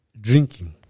drinking